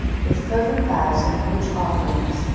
with fervent vows and rich offerings,